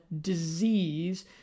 disease